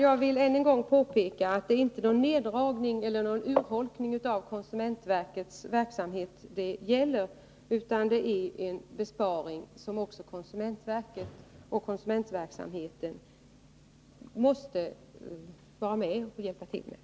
Jag vill än en gång påpeka att det inte är fråga om någon neddragning eller urholkning av konsumentverkets verksamhet, utan om en besparing. Också konsumentverket och konsumentverksamheten måste vara med i besparingssammanhangen.